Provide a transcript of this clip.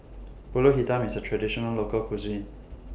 Pulut Hitam IS A Traditional Local Cuisine